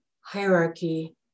hierarchy